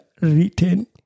written